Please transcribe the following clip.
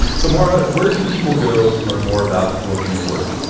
so maura, where can people go to learn more about the book and your work?